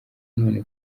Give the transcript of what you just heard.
none